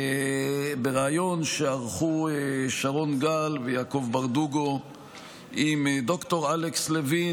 בריאיון שערכו שרון גל ויעקב ברדוגו עם ד"ר אלכס לוין,